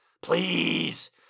Please